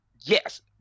yes